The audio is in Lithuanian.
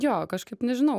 jo kažkaip nežinau